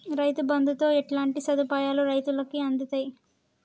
రైతు బంధుతో ఎట్లాంటి సదుపాయాలు రైతులకి అందుతయి?